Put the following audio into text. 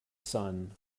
son